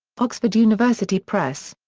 oxford university press.